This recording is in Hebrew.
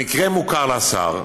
המקרה מוכר לשר.